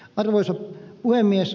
arvoisa puhemies